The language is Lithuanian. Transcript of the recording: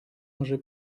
mažai